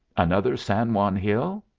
another san juan hill?